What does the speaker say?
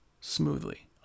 smoothly